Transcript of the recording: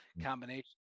combination